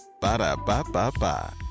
Ba-da-ba-ba-ba